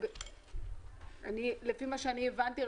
לפי מה שהבנתי,